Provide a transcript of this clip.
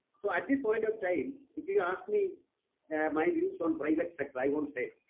so at this point of time, if you ask me my views on private sector, i won't say